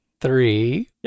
three